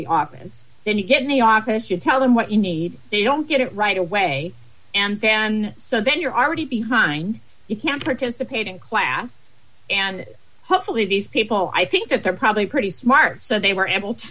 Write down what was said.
the office then you get in the office you tell them what you need they don't get it right away and then so then you're already behind you can't participate in class and hopefully these people i think that they're probably pretty smart so they were able to